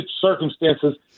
circumstances